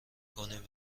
کنین